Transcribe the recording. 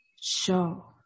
show